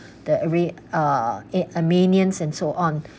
the red uh eh armenians and so on